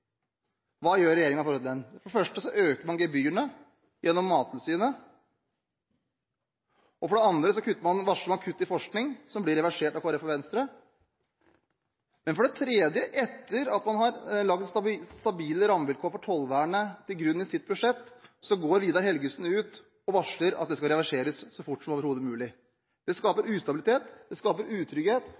Hva gjør regjeringen med den? For det første øker man gebyrene gjennom Mattilsynet. For det andre varsler man kutt i forskning, som blir reversert av Kristelig Folkeparti og Venstre. Men for det tredje, etter at man har lagt stabile rammebetingelser for tollvernet til grunn i sitt budsjett, går statsråd Vidar Helgesen ut og varsler at det skal reverseres så fort som overhodet mulig. Det skaper ustabilitet, det skaper utrygghet,